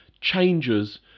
changes